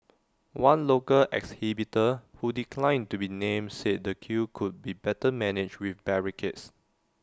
one local exhibitor who declined to be named said the queue could be better managed with barricades